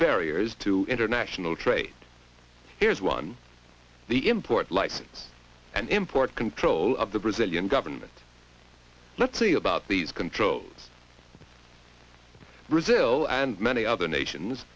barriers to international trade here is one the import license and import control of the brazilian government let's see about these controls brazil and many other nations